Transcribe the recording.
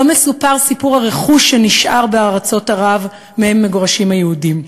לא מסופר סיפור הרכוש שנשאר בארצות ערב שמהן מגורשים היהודים.